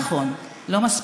נכון, לא מספיק.